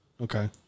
Okay